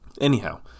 Anyhow